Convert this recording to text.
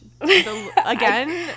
Again